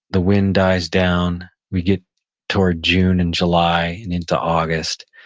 the wind dies down. we get towards june and july and into august,